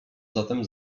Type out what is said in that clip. zatem